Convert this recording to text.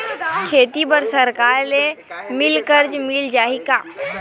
खेती बर सरकार ले मिल कर्जा मिल जाहि का?